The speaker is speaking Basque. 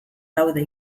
daude